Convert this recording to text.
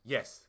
Yes